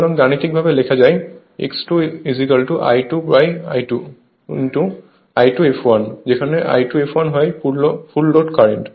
সুতরাং গাণিতিক ভাবে লেখা যায় x I2I2 I2 fl যেখানে I2 fl হয় ফুল লোড কারেন্ট